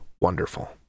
wonderful